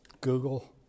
Google